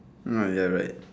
no you are right